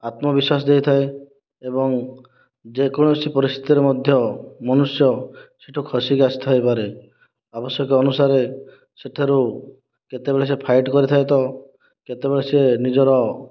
ଆତ୍ମବିଶ୍ୱାସ ଦେଇଥାଏ ଏବଂ ଯେକୌଣସି ପରିସ୍ଥିତିରେ ମଧ୍ୟ ମନୁଷ୍ୟ ସେଠୁ ଖସିକି ଆସି ଥାଇପାରେ ଆବଶ୍ୟକ ଅନୁସାରେ ସେଥିରୁ କେତେବେଳେ ସେ ଫାଇଟ୍ କରିଥାଏ ତ କେତେବେଳେ ସେ ନିଜର